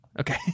Okay